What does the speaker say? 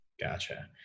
Gotcha